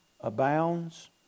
abounds